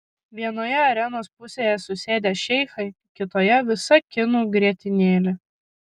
vienoje arenos pusėje susėdę šeichai kitoje visa kinų grietinėlė